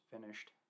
finished